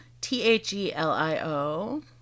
T-H-E-L-I-O